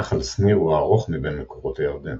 נחל שניר הוא הארוך מבין מקורות הירדן,